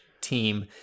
team